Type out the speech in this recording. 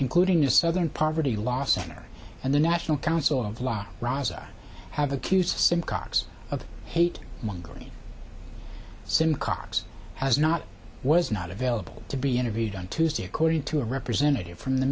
including the southern poverty law center and the national council of la raza have accused simcox of hate mongering simcox has not was not available to be interviewed on tuesday according to a representative from the